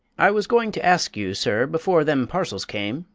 i was going to ask you, sir, before them parcels came,